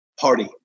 party